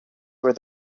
where